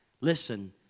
Listen